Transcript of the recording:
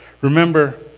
Remember